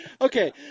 Okay